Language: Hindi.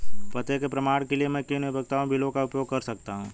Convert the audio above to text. पते के प्रमाण के लिए मैं किन उपयोगिता बिलों का उपयोग कर सकता हूँ?